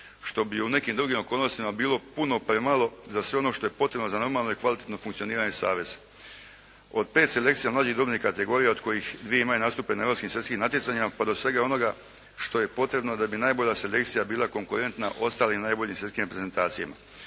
što bi u nekim drugim okolnostima bilo puno premalo za sve ono što je potrebno za normalno i kvalitetno funkcioniranje saveza. Od 5 selekcija mlađih dobnih kategorija od kojih dvije imaju nastupe na europskim svjetskim natjecanjima, pa do svega onoga što je potrebno da bi najbolja selekcija bila konkurentna ostalim najboljim svjetskim reprezentacijama.